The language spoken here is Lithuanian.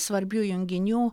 svarbių junginių